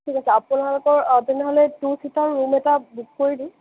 ঠিক আছে আপোনালোকৰ তেনেহ'লে টু ছিটাৰৰ ৰূম এটা বুক কৰি দিওঁ